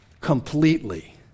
Completely